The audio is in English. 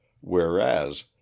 whereas